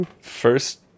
first